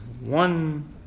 one